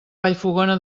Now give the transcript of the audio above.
vallfogona